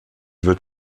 wird